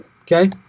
okay